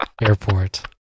airport